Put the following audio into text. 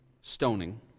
stoning